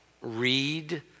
read